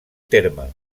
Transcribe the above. terme